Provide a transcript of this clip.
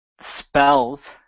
spells